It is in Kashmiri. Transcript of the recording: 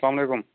سلام علیکُم